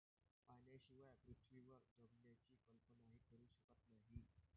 पाण्याशिवाय पृथ्वीवर जगण्याची कल्पनाही करू शकत नाही